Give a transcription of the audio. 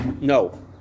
no